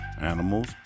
animals